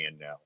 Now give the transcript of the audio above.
now